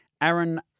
Aaron